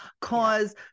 cause